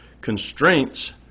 Constraints